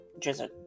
drizzle